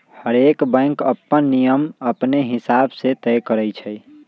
हरएक बैंक अप्पन नियम अपने हिसाब से तय करई छई